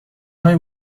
هایی